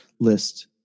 list